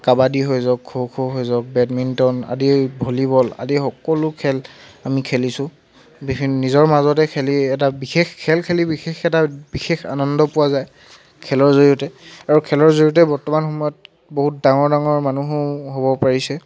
কাবাডী হৈ যাওক খ' খ' হৈ যাওক বেডমিণ্টন আদি ভলীবল আদি সকলো খেল আমি খেলিছোঁ বিভি নিজৰ মাজতে খেলি এটা বিশেষ খেল খেলি বিশেষ এটা বিশেষ আনন্দ পোৱা যায় খেলৰ জৰিয়তে আৰু খেলৰ জৰিয়তে বৰ্তমান সময়ত বহুত ডাঙৰ ডাঙৰ মানুহো হ'ব পাৰিছে